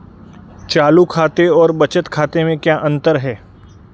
चालू खाते और बचत खाते में क्या अंतर है?